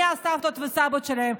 מי הסבתות והסבים שלכם.